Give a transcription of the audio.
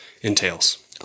entails